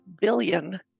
billion